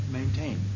maintain